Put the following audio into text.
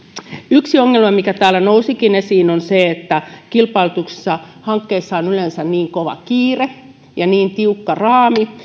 yksi ongelma mikä täällä nousikin esiin on se että hankkeiden kilpailutuksessa on yleensä niin kova kiire ja niin tiukka raami